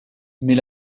mais